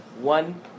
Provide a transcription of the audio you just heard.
one